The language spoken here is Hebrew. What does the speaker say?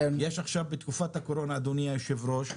יש עכשיו בתקופת הקורונה אדוני היושב ראש,